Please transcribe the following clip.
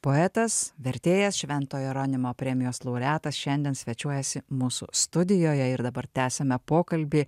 poetas vertėjas švento jeronimo premijos laureatas šiandien svečiuojasi mūsų studijoje ir dabar tęsiame pokalbį